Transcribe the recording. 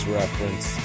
reference